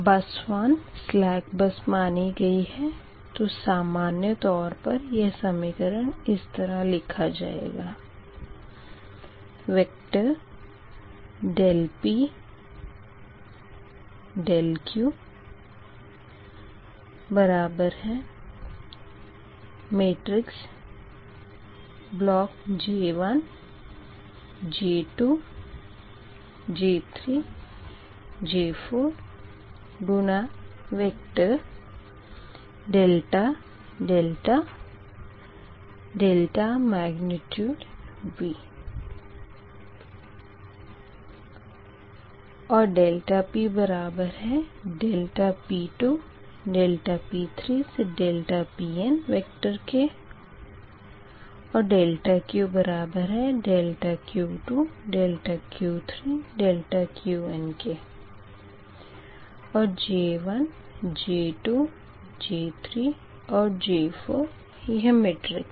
बस 1 slack bus मानी गयी है तो सामान्य तौर पर यह समीकरण इस तरह लिखा जायेगा ∆P ∆Q J1 J2 J3 J4 ∆δ ∆V और ∆P बराबर है ∆P2 ∆P3 ∆Pn वेक्टर के और ∆Q बराबर है ∆Q2 ∆Q3 ∆Qnके और J1 J2 J3और J4 यह मेट्रिक्स है